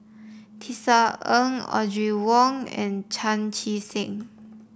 Tisa Ng Audrey Wong and Chan Chee Seng